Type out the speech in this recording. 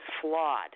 flawed